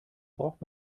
braucht